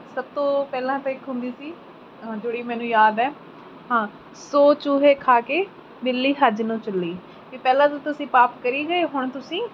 ਸਭ ਤੋਂ ਪਹਿਲਾਂ ਤਾਂ ਇੱਕ ਹੁੰਦੀ ਸੀ ਜਿਹੜੀ ਮੈਨੂੰ ਯਾਦ ਹੈ ਹਾਂ ਸੌ ਚੂਹੇ ਖਾ ਕੇ ਬਿੱਲੀ ਹੱਜ ਨੂੰ ਚੱਲੀ ਵੀ ਪਹਿਲਾਂ ਤਾਂ ਤੁਸੀਂ ਪਾਪ ਕਰੀ ਗਏ ਹੁਣ ਤੁਸੀਂ